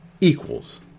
equals